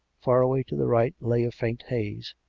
far away to the right lay a faint haze,